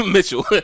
Mitchell